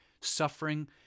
suffering